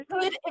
good